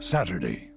Saturday